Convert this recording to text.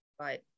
Right